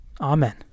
Amen